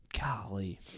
Golly